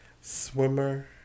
swimmer